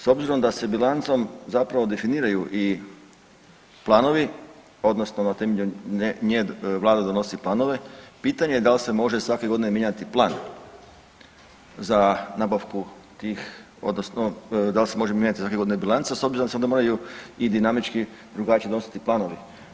S obzirom da se bilancom zapravo definiraju i planovi, odnosno na temelju nje Vlada donosi planove pitanje je da li se može svake godine mijenjati plan za nabavku tih, odnosno da li se može mijenjati svake godine bilanca s obzirom da se onda moraju dinamički i drugačije donositi planovi.